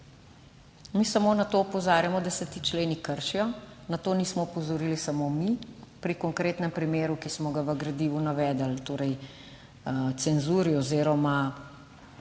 Mi samo na to opozarjamo, da se ti členi kršijo. Na to nismo opozorili samo mi. Pri konkretnem primeru, ki smo ga v gradivu navedli, torej cenzuri oziroma